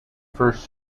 first